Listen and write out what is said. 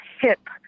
hip